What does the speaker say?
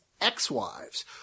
ex-wives